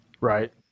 right